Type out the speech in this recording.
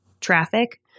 traffic